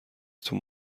تون